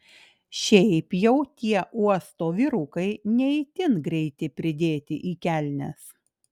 šiaip jau tie uosto vyrukai ne itin greiti pridėti į kelnes